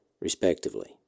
respectively